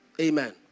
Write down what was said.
amen